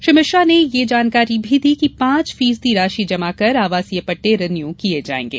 श्री मिश्रा ने ये भी जानकारी दी कि पांच फीसदी राशि जमा कर आवासीय पट्टे रिन्यू किये जायेंगे